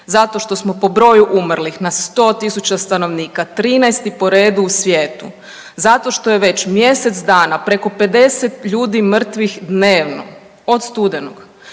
zato što smo po broju umrlih na 100.000 stanovnika 13 po redu u svijetu, zato što je već mjesec dana preko 50 ljudi mrtvih dnevno od studenog,